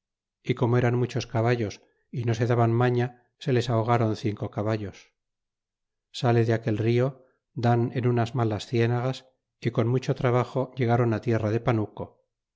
y como eran muchos caballos y no se daban maña se les ahogron cinco caballos sale de aquel rio dan en unas malas cienagas y con mucho trabajo llegaron á tierra de panuco